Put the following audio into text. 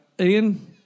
Ian